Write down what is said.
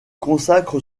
consacre